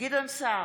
גדעון סער,